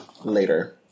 later